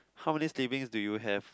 how many siblings do you have